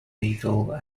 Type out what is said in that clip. eagle